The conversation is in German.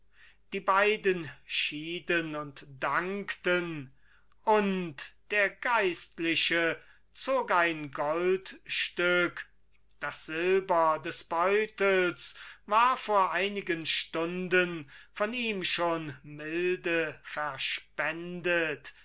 die beiden schieden und dankten und der geistliche zog ein goldstück das silber des beutels war vor einigen stunden von ihm schon milde verspendet